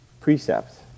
precepts